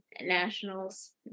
nationals